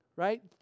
right